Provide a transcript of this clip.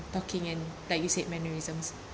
talking and like you said mannerisms